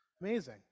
Amazing